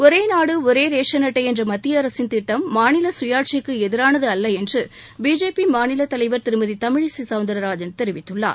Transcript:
ஒரேநாடு ஒரே ரேசன் அட்டை என்ற மத்திய அரசின் திட்டம் மாநில சுயாட்சிக்கு எதிரானது அல்ல என்று பிஜேபி மாநிலத் தலைவர் திருமதி தமிழிசை சவுந்திரராஜன் தெரிவித்குள்ளார்